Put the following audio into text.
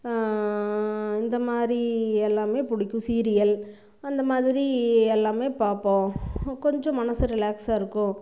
இந்தமாதிரி எல்லாமே பிடிக்கும் சீரியல் அந்தமாதிரி எல்லாமே பார்ப்போம் கொஞ்சம் மனசு ரிலாக்ஸாக இருக்கும்